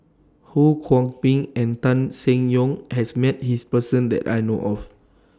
Ho Kwon Ping and Tan Seng Yong has Met His Person that I know of